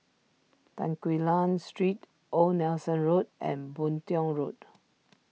Tan Quee Lan Street Old Nelson Road and Boon Tiong Road